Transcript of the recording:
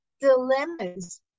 dilemmas